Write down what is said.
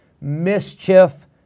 mischief